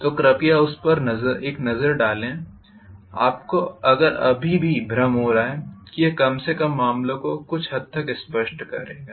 तो कृपया उस पर एक नज़र डालें आपको अगर अभी भी भ्रम हो रहा है यह कम से कम मामलों को कुछ हद तक स्पष्ट करेगा